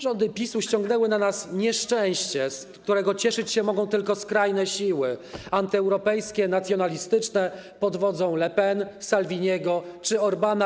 Rządy PiS ściągnęły na nas nieszczęście, z którego cieszyć się mogą tylko skrajne siły antyeuropejskie, nacjonalistyczne pod wodzą Le Pen, Salviniego czy Orbána.